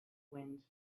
wind